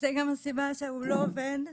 זו גם הסיבה שהוא לא עובד.